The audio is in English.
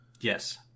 Yes